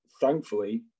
thankfully